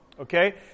okay